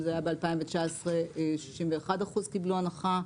אם ב-2019, 61% קיבלו הנחה,